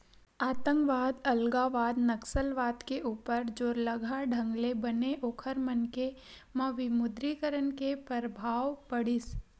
आंतकवाद, अलगावाद, नक्सलवाद के ऊपर जोरलगहा ढंग ले बने ओखर मन के म विमुद्रीकरन के परभाव पड़िस